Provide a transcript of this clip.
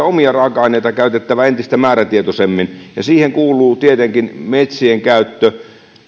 omia raaka aineita käytettävä entistä määrätietoisemmin ja siihen kuuluu tietenkin metsien käyttö